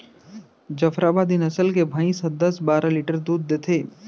जफराबादी नसल के भईंस ह दस बारा लीटर दूद देथे